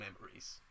memories